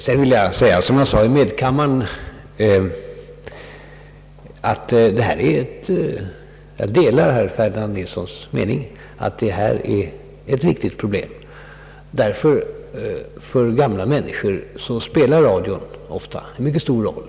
Sedan vill jag säga som jag sade i medkammaren, att detta är ett viktigt problem — jag delar där herr Ferdinand Nilssons mening. För gamla människor spelar radion ofta en mycket stor roll.